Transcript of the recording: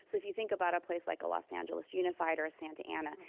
so if you think about a place like a los angeles unified or a santa ana,